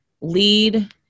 lead